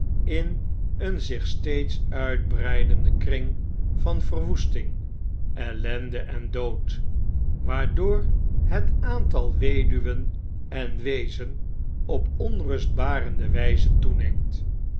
in een zich steeds uitbreidenden kring van verwoesting ellende en dood waardoor het aantal weduwen en weezen op onrustbarende wflze toeneemt